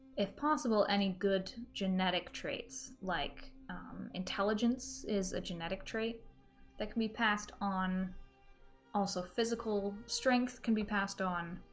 if possible any good genetic traits like intelligence is a genetic trait that can be passed on also physical strength can be passed on